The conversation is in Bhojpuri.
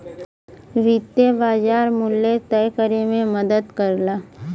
वित्तीय बाज़ार मूल्य तय करे में मदद करला